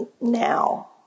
NOW